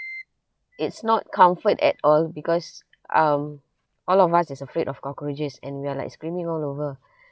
it's not comfort at all because um all of us is afraid of cockroaches and we are like screaming all over